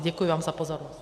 Děkuji vám za pozornost.